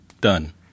Done